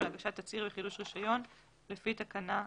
על הגשת תצהיר וחידוש רישיון לפי תקנה זו".